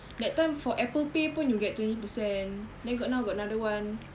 that time for Apple pay pun you get twenty per cent then got now got another one